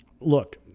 Look